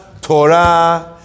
Torah